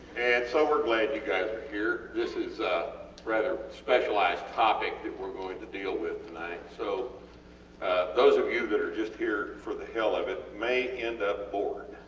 and so, were glad you guys are here. this is a rather specialized topic that were going to deal with tonight so those of you that are just here for the hell of it may end up bored